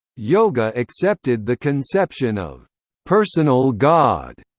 yoga accepted the conception of personal god,